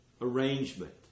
arrangement